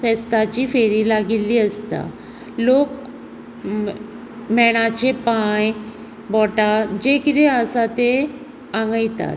फेस्ताची फेरी लागिल्ली आसता लोक मेणाचे पांय बोटां जे किदें आसा तें आंगयतात